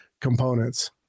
components